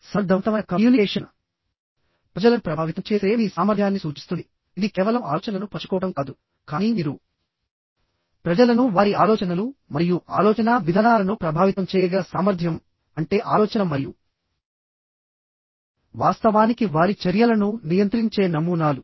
సమర్థవంతమైన కమ్యూనికేషన్ ప్రజలను ప్రభావితం చేసే మీ సామర్థ్యాన్ని సూచిస్తుంది ఇది కేవలం ఆలోచనలను పంచుకోవడం కాదు కానీ మీరు ప్రజలను వారి ఆలోచనలు మరియు ఆలోచనా విధానాలను ప్రభావితం చేయగల సామర్థ్యం అంటే ఆలోచన మరియు వాస్తవానికి వారి చర్యలను నియంత్రించే నమూనాలు